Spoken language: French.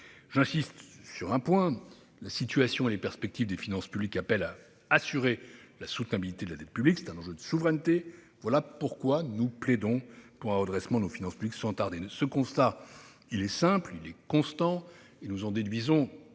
J'insisterai sur un point : la situation et les perspectives des finances publiques appellent à assurer la soutenabilité de la dette publique ; c'est un enjeu de souveraineté. Voilà pourquoi nous plaidons pour un redressement de nos finances publiques sans tarder. Notre constat est simple et constant. Nous formulons